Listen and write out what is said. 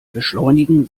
beschleunigen